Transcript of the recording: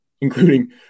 including